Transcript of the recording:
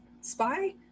spy